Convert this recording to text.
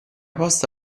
posta